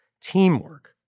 teamwork